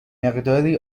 مقداری